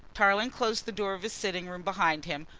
tarling closed the door of his sitting-room behind him,